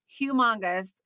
humongous